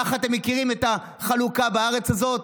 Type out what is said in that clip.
ככה אתם מכירים את החלוקה בארץ הזאת?